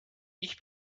ich